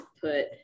put